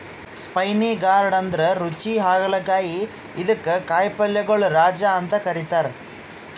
spiny gourd ಅಂದ್ರ ರುಚಿ ಹಾಗಲಕಾಯಿ ಇದಕ್ಕ್ ಕಾಯಿಪಲ್ಯಗೊಳ್ ರಾಜ ಅಂತ್ ಕರಿತಾರ್